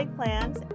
Plans